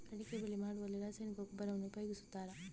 ಅಡಿಕೆ ಬೆಳೆ ಮಾಡುವಲ್ಲಿ ರಾಸಾಯನಿಕ ಗೊಬ್ಬರವನ್ನು ಉಪಯೋಗಿಸ್ತಾರ?